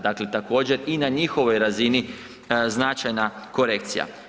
Dakle, također i na njihovoj razini značajna korekcija.